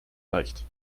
leicht